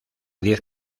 diez